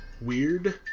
Weird